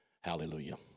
Hallelujah